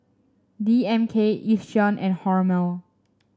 D M K Yishion and Hormel